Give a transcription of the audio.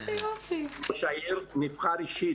ראש העיר נבחר אישית.